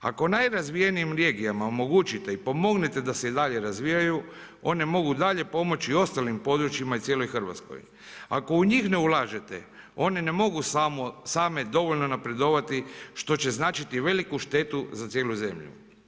Ako najrazvijenijim regijama omogućite i pomognete da se i dalje razvijaju one mogu dalje pomoći ostalim područjima i cijeloj Hrvatskoj. ako u njih ne ulažete one ne mogu same dovoljno napredovati što će značiti veliku štetu za cijelu zemlju.